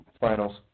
Finals